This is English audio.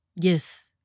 Yes